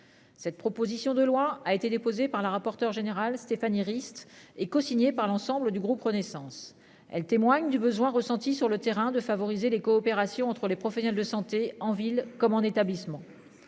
Cette proposition de loi a été déposé par la rapporteure générale Stéphanie Rist est co-signé par l'ensemble du groupe Renaissance. Elle témoigne du besoin ressenti sur le terrain de favoriser les coopérations entre les professionnels de santé, en ville comme en établissement.